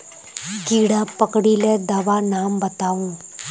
कीड़ा पकरिले दाबा नाम बाताउ?